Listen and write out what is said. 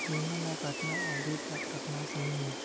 बीमा ल कतना अवधि तक रखना सही हे?